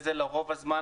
וזה לרוב הזמן,